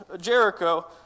Jericho